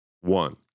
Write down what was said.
one